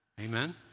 Amen